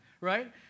right